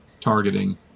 targeting